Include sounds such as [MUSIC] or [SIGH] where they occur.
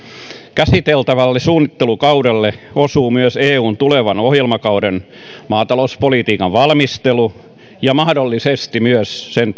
käsiteltävälle suunnittelukaudelle osuu myös eun tulevan ohjelmakauden maata louspolitiikan valmistelu ja mahdollisesti myös sen [UNINTELLIGIBLE]